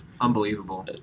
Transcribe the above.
Unbelievable